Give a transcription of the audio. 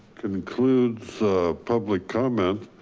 concludes a public comment